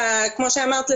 שאמרת,